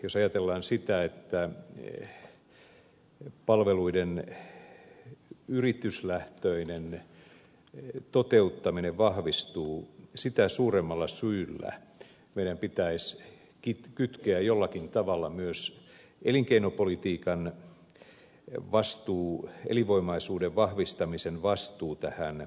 jos ajatellaan sitä että palveluiden yrityslähtöinen toteuttaminen vahvistuu sitä suuremmalla syyllä meidän pitäisi kytkeä jollakin tavalla myös elinkeinopolitiikan vastuu elinvoimaisuuden vahvistamisen vastuu tähän palvelurakenneuudistukseen